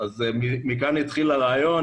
מכאן התחיל הרעיון.